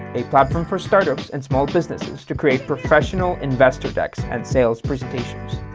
a platform for startups and small businesses to create professional investor decks and sales presentations.